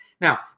Now